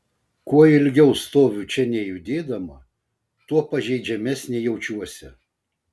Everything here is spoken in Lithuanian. kuo ilgiau stoviu čia nejudėdama tuo pažeidžiamesnė jaučiuosi